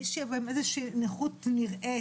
מי שיבוא עם איזה שהיא נכות נראית,